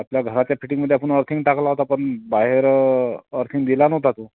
आपल्या घराच्या फिटिंगमध्ये आपण अर्थिंग टाकला होता पण बाहेर अर्थिंग दिला नव्हता तो